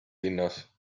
linnas